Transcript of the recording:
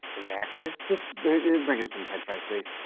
the actor? just bring him some french fries, please.